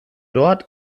dort